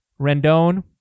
Rendon